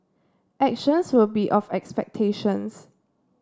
actions will be of expectations